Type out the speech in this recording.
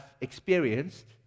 experienced